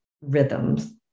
rhythms